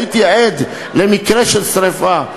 הייתי עד למקרה של שרפה,